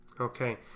Okay